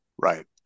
Right